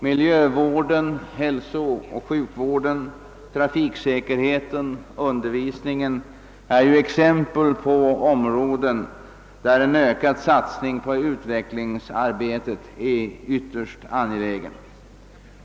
Miljövården, hälsooch sjukvården, trafiksäkerheten och undervisningen är ju exempel på områden, där en ökad satsning på utvecklingsarbetet är ytterst angelägen.